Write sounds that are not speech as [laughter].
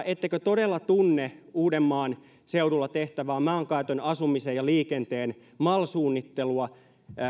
[unintelligible] ettekö todella tunne uudenmaan seudulla tehtävää maankäytön asumisen ja liikenteen mal suunnittelua